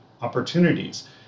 opportunities